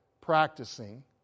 practicing